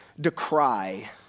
decry